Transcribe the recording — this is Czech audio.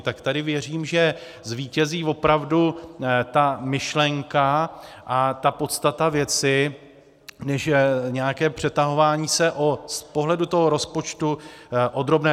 Tak tady věřím, že zvítězí opravdu ta myšlenka a ta podstata věci, než nějaké přetahování se z pohledu toho rozpočtu o drobné.